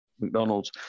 McDonald's